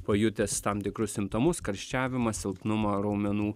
pajutęs tam tikrus simptomus karščiavimą silpnumą raumenų